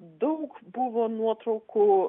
daug buvo nuotraukų